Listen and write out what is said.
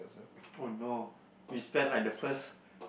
oh no we spent like the first